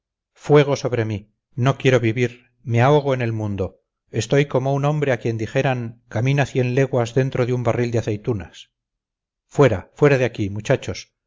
fuego sobre mí no quiero vivir me ahogo en el mundo estoy como un hombre a quien dijeran camina cien leguas dentro de un barril de aceitunas fuera fuera de aquí muchachos